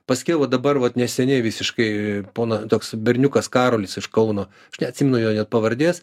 paskiau va dabar vat neseniai visiškai pono toks berniukas karolis iš kauno aš neatsimenu jo net pavardės